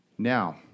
Now